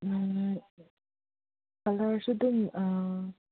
ꯀꯂꯔꯁꯨ ꯑꯗꯨꯝ